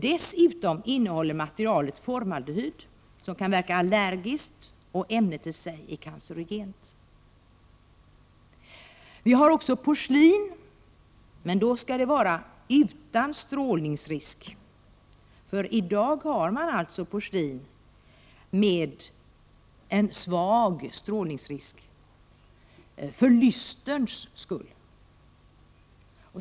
Dessutom innehåller materialet formaldehyd, som kan ge allergiska effekter och som i sig är ett cancerogent ämne. Ett annat material som används är porslin, men det skall då vara utan strålningsrisk. I dag används porslin med en svag strålningsrisk, för lysterns skull.